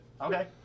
Okay